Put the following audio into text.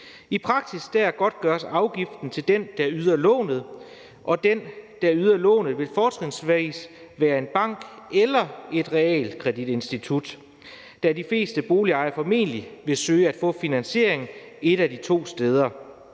I praksis godtgøres den, der yder lånet, afgiften, og den, der yder lånet, vil fortrinsvis være en bank eller et realkreditinstitut, da de fleste boligejere formentlig vil søge at få finansiering et af de to steder.